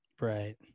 Right